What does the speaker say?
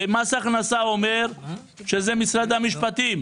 מס הכנסה אומר שזה משרד המשפטים.